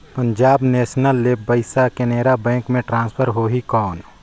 Punjab national ले पइसा Canara bank मे ट्रांसफर होहि कौन?